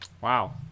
Wow